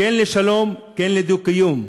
כן לשלום, כן לדו-קיום.